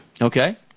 Okay